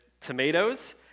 tomatoes